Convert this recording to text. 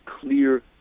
clear